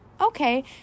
okay